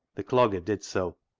the clogger did so,